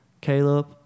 Caleb